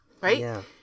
right